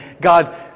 God